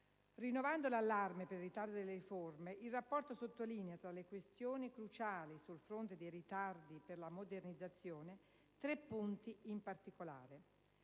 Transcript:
Rinnovando l'allarme per il ritardo nelle riforme, il rapporto sottolinea, tra le questioni cruciali sul fronte dei ritardi per la modernizzazione, tre punti in particolare: